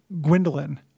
gwendolyn